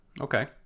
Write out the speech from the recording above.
Okay